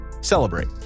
celebrate